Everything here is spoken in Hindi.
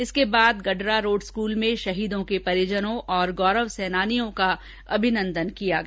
इसके बाद गडरारोड स्कूल में शहीदों के परिजनों और गौरव सेनानियों को अभिनंदन किया गया